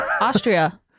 Austria